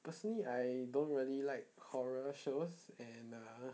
personally I don't really like horror shows and uh